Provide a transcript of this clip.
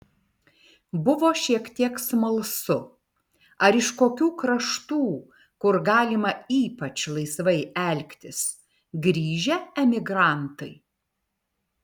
buvo šiek tiek smalsu ar iš kokių kraštų kur galima ypač laisvai elgtis grįžę emigrantai